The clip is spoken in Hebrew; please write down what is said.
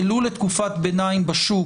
ולו לתקופת ביניים בשוק,